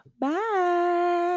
Bye